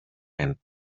and